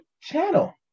channel